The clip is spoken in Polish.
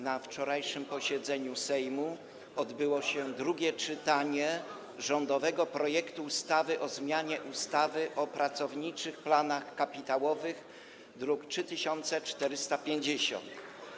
Na wczorajszym posiedzeniu Sejmu odbyło się drugie czytanie rządowego projektu ustawy o zmianie ustawy o pracowniczych planach kapitałowych, druk nr 3450.